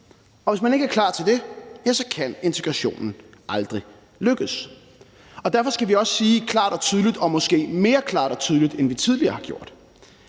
og hvis man ikke er klar til det, kan integrationen aldrig lykkes. Og derfor skal vi også sige klart og tydeligt, og måske mere klart og tydeligt, end vi tidligere har gjort,